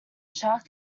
shark